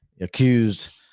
accused